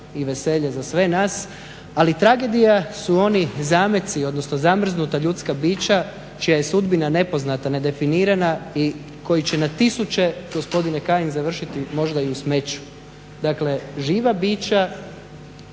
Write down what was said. i veselje za sve nas ali tragedija su oni zameci odnosno zamrznuta ljudska bića čija je sudbina nepoznata, nedefinirana i koja će na tisuće gospodine Kajin završiti možda i u smeću. Dakle živa bića